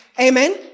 Amen